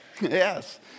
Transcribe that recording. Yes